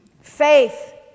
Faith